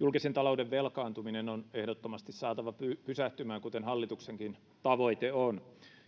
julkisen talouden velkaantuminen on ehdottomasti saatava pysähtymään kuten hallituksenkin tavoite on